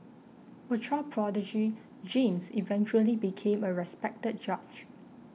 a child prodigy James eventually became a respected judge